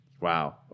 Wow